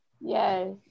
Yes